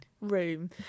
room